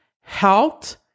Health